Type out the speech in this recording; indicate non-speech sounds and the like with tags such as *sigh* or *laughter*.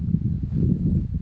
*noise*